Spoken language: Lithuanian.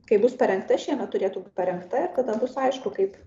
kai bus parengta šiemet turėtų būti parengta ir tada bus aišku kaip